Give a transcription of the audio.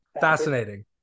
Fascinating